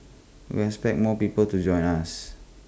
we expect more people to join us